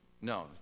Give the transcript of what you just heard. No